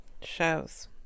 shows